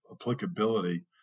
applicability